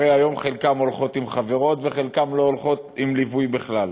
הרי היום חלקן הולכות עם חברות וחלקן לא הולכות עם ליווי בכלל.